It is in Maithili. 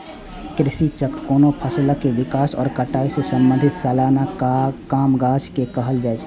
कृषि चक्र कोनो फसलक विकास आ कटाई सं संबंधित सलाना कामकाज के कहल जाइ छै